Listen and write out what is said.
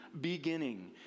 beginning